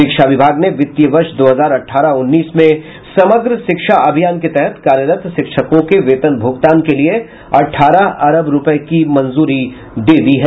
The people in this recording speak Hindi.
शिक्षा विभाग ने वित्तीय वर्ष दो हजार अठारह उन्नीस में समग्र शिक्षा अभियान के तहत कार्यरत शिक्षकों के वेतन भुगतान के लिए अठारह अरब रूपये की मंजूरी दे दी है